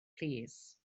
plîs